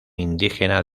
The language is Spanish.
indígena